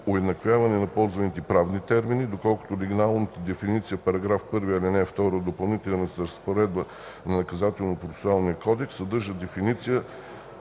уеднаквяване на ползваните правни термини, доколкото легалната дефиниция в § 1, ал. 2 от Допълнителната разпоредба на Наказателно-процесуалния кодекс съдържа дефиниция